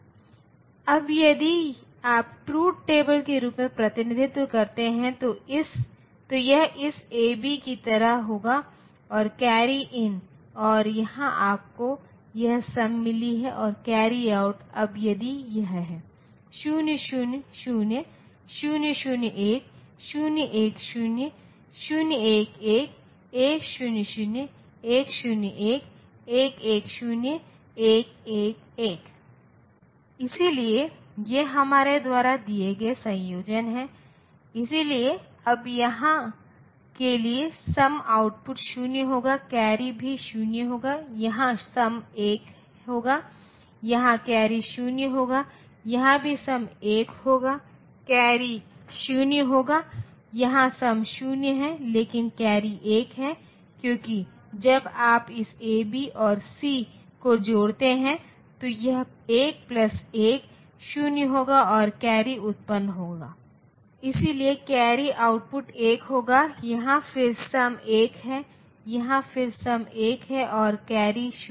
अब यदि आप ट्रुथ टेबल के रूप में प्रतिनिधित्व करते हैं तो यह इस A B की तरह होगा और कैरी इन और यहाँ आपको यह सम मिली है और कैरी आउट अब यदि यह है 0 0 0 0 0 1 0 1 0 0 1 1 1 0 0 1 0 1 1 1 0 1 1 1 इसलिए ये हमारे द्वारा दिए गए संयोजन हैं इसलिए अब यहाँ के लिए सम आउटपुट 0 होगा कैरी भी 0 होगा यहाँ सम 1 होगा यहाँ कैरी 0 होगा यहाँ भी सम 1 होगा कैरी 0 होगा यहाँ सम 0 है लेकिन कैरी 1 है क्योंकि जब आप इस AB और C को जोड़ते हैं तो यह 1 प्लस 1 0 होगा और कैरी उत्तपन होगा इसलिए कैरी आउटपुट 1 होगा यहाँ फिर सम 1 है यहाँ फिर से सम 1 है और कैरी 0 है